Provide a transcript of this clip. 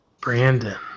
Brandon